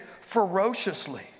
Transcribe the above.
ferociously